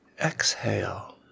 Exhale